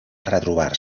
retrobar